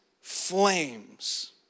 flames